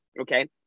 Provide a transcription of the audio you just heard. okay